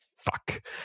fuck